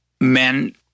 men